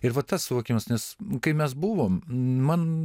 ir va tas suvokimas nes kai mes buvom man